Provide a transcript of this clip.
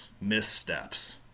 missteps